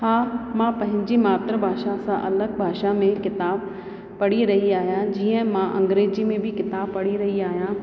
हा मां पंहिंजी मातृभाषा सां अलॻि भाषा में किताबु पढ़ी रही आहियां जीअं मां अग्रेंज़ी में बि किताबु पढ़ी रही आहियां